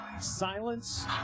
silence